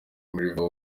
river